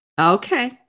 Okay